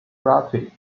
guppy